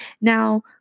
Now